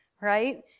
right